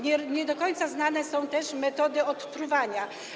Nie do końca znane są też metody odtruwania.